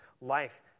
Life